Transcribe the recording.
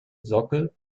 sockel